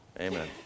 Amen